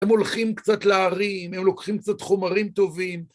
הם הולכים קצת להרים, הם לוקחים קצת חומרים טובים.